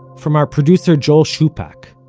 from our producer joel shupack,